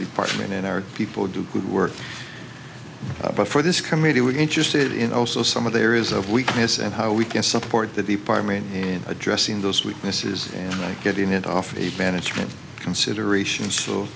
department in our people do good work but for this committee we're interested in also some of the areas of weakness and how we can support the department in addressing those weaknesses and getting it off the management considerations so